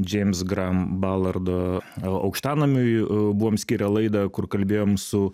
džeims gram balardo aukštanamui buvom skirę laidą kur kalbėjom su